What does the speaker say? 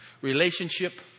Relationship